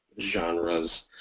genres